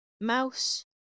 Mouse